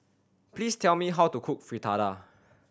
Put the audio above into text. please tell me how to cook Fritada